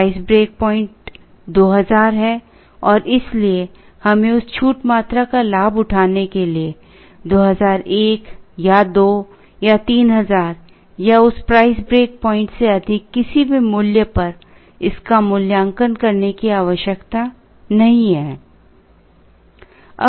price break point 2000 है और इसलिए हमें उस छूट मात्रा का लाभ उठाने के लिए 2001 या 2 या 3000 या उस प्राइस ब्रेक प्वाइंट से अधिक किसी भी मूल्य पर इसका मूल्यांकन करने की आवश्यकता नहीं है